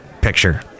picture